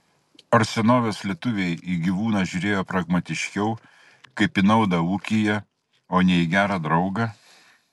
ar senovės lietuviai į gyvūną žiūrėjo pragmatiškiau kaip į naudą ūkyje o ne į gerą draugą